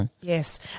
Yes